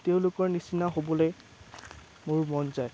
তেওঁলোকৰ নিচিনা হ'বলৈ মোৰ মন যায়